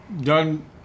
done